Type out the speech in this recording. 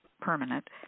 permanent